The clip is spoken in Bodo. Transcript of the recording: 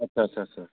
आच्चा आच्चा